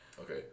Okay